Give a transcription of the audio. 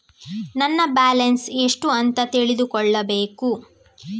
ನನ್ನ ಬ್ಯಾಲೆನ್ಸ್ ಎಷ್ಟು ಅಂತ ತಿಳಿದುಕೊಳ್ಳಬೇಕು?